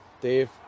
Dave